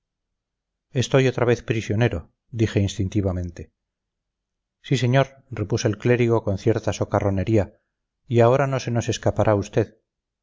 estoy otra vez prisionero dije instintivamente sí señor repuso el clérigo con cierta socarronería y ahora no se nos escapará usted